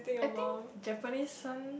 I think Japanese one